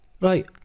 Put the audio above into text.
Right